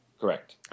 Correct